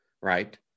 right